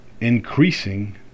increasing